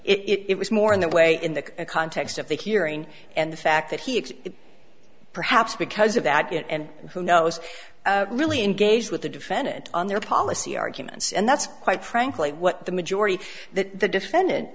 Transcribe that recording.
he it was more in that way in the context of the hearing and the fact that he expected perhaps because of that and who knows really engaged with the defendant on their policy arguments and that's quite frankly what the majority that the defendant